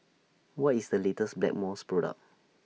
What IS The latest Blackmores Product